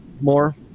more